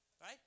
right